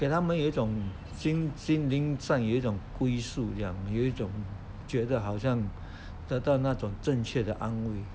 给他们有一种心里上有一种归宿有一种觉得好像得到那种正确的安慰